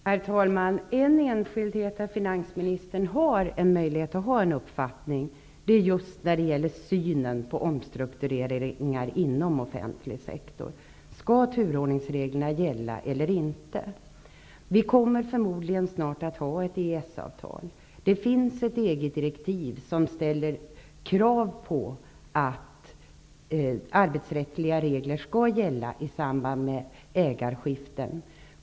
Herr talman! En enskildhet där finansministern kan ha en uppfattning gäller just synen på omstruktureringar inom den offentliga sektorn. Vi kommer förmodligen snart att få ett EES-avtal. Det finns ett EG-direktiv som ställer krav på att arbetsrättsliga regler skall gälla i samband med ägarskiften.